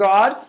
God